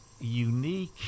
unique